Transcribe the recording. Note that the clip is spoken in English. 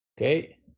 Okay